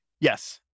Yes